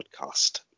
Podcast